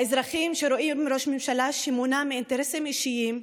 האזרחים שרואים ראש ממשלה שמונע מאינטרסים אישיים,